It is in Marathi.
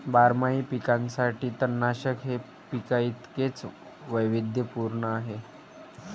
बारमाही पिकांसाठी तणनाशक हे पिकांइतकेच वैविध्यपूर्ण आहे